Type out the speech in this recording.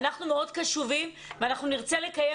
אנחנו מאוד קשובים ואנחנו נרצה לקיים